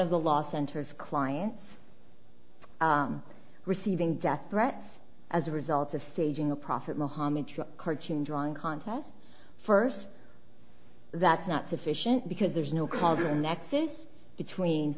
of the law centers clients receiving death threats as a result of staging a prophet mohammed cartoon drawing contest first that's not sufficient because there's no call the nexus between